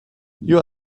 you